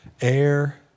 air